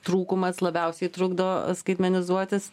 trūkumas labiausiai trukdo skaitmenizuotis